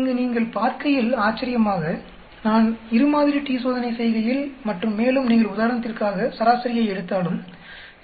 இங்கு நீங்கள் பார்க்கையில் ஆச்சர்யமாக நான் இரு மாதிரி t சோதனை செய்கையில் மற்றும் மேலும் நீங்கள் உதாரணத்திற்காக சராசரியை எடுத்தாலும்